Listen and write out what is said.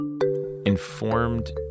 Informed